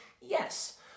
Yes